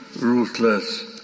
ruthless